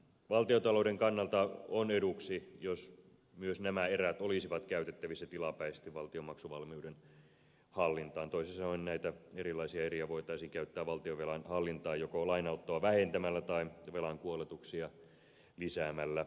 valtiontalouden kannalta on eduksi jos myös nämä erät olisivat käytettävissä tilapäisesti valtion maksuvalmiuden hallintaan toisin sanoen näitä erilaisia eriä voitaisiin käyttää valtionvelan hallintaan joko lainanottoa vähentämällä tai velan kuoletuksia lisäämällä